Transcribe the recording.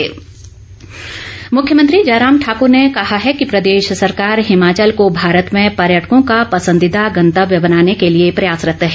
मुख्यमंत्री मुख्यमंत्री जयराम ठाकूर ने कहा है कि प्रदेश सरकार हिमाचल को भारत में पर्यटकों का पसंदीदा गणंतव्य बनाने के लिए प्रयासरत है